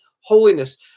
holiness